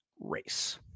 race